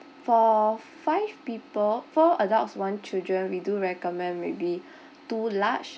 for five people four adults one children we do recommend maybe two large